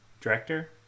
Director